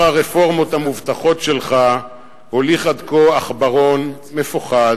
הר הרפורמות המובטחות שלך הוליד עד כה עכברון מפוחד,